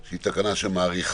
שהיא תקנה שמאריכה